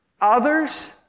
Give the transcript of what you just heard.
Others